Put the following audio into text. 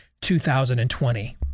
2020